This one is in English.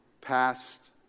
past